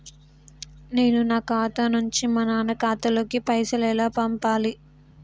నేను నా ఖాతా నుంచి మా నాన్న ఖాతా లోకి పైసలు ఎలా పంపాలి?